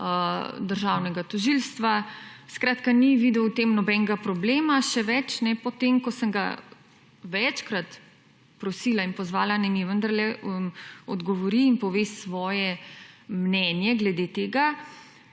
državnega tožilstva, skratka ni videl v tem nobenega problema, še več, ne, potem ko sem ga večkrat prosila in pozvala, naj mi vendarle odgovori in pove svoje mnenje glede tega,